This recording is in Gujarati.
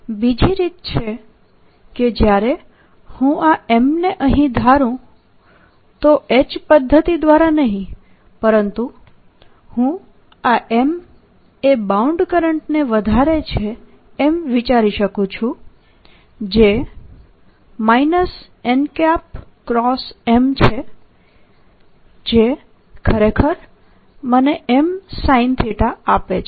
બીજી રીત છે કે જ્યારે હું આ M ને અહીં ધારું તો H પદ્ધતિ દ્વારા નહિ પરંતુ હું આ M એ બાઉન્ડ કરંટને વધારે છે એમ વિચારી શકું છું જે n M છે જે ખરેખર મને Msin આપે છે